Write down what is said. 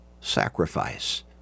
sacrifice